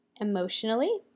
emotionally